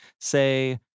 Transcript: say